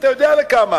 אתה יודע לכמה,